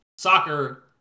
Soccer